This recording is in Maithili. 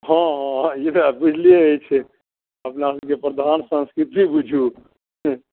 हँ हँ एकरा बुझले अछि अपना सभकेँ प्रधान संस्कृति बुझिऔ